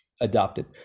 adopted